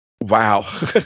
Wow